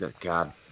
God